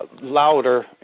louder